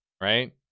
right